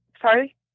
sorry